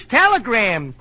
telegram